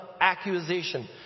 accusation